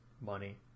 money